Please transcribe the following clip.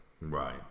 Right